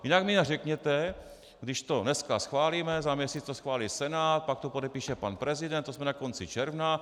Jinak mi řekněte, když to dneska schválíme, za měsíc to schválí Senát, pak to podepíše pan prezident, to jsme na konci června.